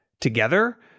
together